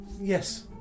Yes